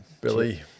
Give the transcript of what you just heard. Billy